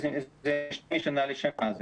זה משתנה משנה לשנה.